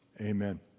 amen